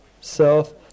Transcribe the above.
self